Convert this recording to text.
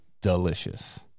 delicious